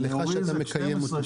ולך שאתה מקיים אותו.